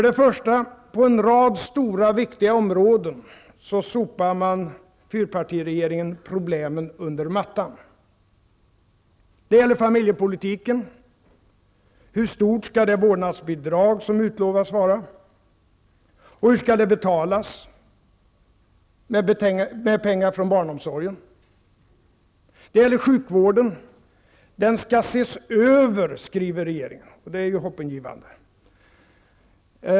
Det första är att fyrpartiregeringen på en rad stora, viktiga områden sopar problemen under mattan. Det gäller familjepolitiken. Hur stort skall det vårdnadsbidrag som utlovats vara? Och hur skall det betalas? Är det med pengar från barnomsorgen? Det gäller sjukvården. Den skall ses över, skriver regeringen -- och det är ju hoppingivande.